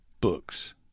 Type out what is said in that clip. books